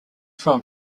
from